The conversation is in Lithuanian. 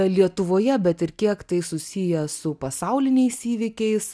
lietuvoje bet ir kiek tai susiję su pasauliniais įvykiais